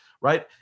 right